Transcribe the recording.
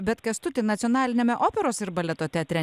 bet kęstutį nacionaliniame operos ir baleto teatre